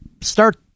start